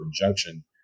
injunction